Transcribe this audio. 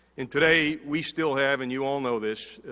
and, today we still have, and you all know this,